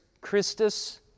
Christus